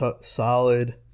solid